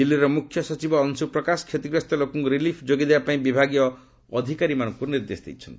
ଦିଲ୍ଲୀର ମୁଖ୍ୟ ସଚିବ ଅଂଶୁ ପ୍ରକାଶ କ୍ଷତିଗ୍ରସ୍ତ ଲୋକଙ୍କୁ ରିଲିଫ୍ ଯୋଗାଇବାପାଇଁ ବିଭାଗୀୟ ଅଧିକାରୀମାନଙ୍କୁ ନିର୍ଦ୍ଦେଶ ଦେଇଛନ୍ତି